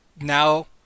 now